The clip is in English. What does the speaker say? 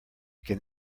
can